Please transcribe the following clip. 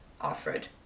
Alfred